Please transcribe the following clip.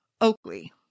Oakley